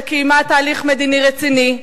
שקיימה תהליך מדיני רציני,